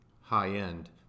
high-end